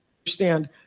understand